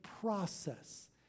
process